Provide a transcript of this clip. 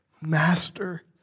Master